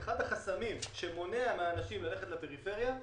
אחד החסמים שמונע מאנשים ללכת לפריפריה,